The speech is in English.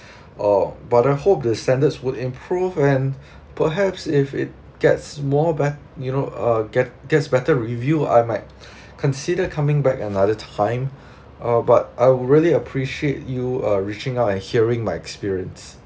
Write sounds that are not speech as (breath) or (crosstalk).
uh but I hope the standards would improve and perhaps if it gets more bet~ you know uh get gets better review I might (breath) consider coming back another time uh but I would really appreciate you uh reaching out and hearing my experience